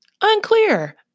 Unclear